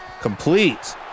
Complete